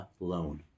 alone